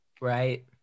Right